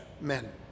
men